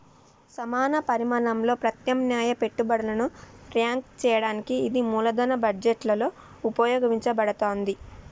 సమాన పరిమాణంలో ప్రత్యామ్నాయ పెట్టుబడులను ర్యాంక్ చేయడానికి ఇది మూలధన బడ్జెట్లో ఉపయోగించబడతాంది